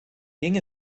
ging